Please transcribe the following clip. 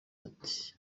ati